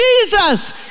Jesus